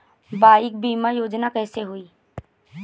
Bike बीमा योजना कैसे होई?